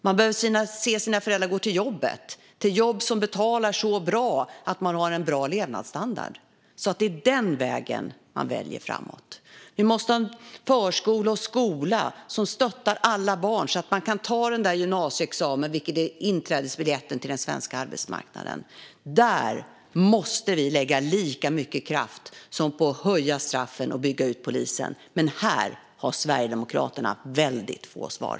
De behöver se sina föräldrar gå till jobbet, till jobb som betalar så bra att de har en bra levnadsstandard. Det är den vägen framåt de ska välja. Det måste finnas en förskola och skola som stöttar alla barn, så att de kan ta sin gymnasieexamen, vilket är inträdesbiljetten till den svenska arbetsmarknaden. Där måste vi lägga lika mycket kraft som på att höja straffen och bygga ut polisen, men här har Sverigedemokraterna få svar.